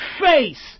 face